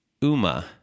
Uma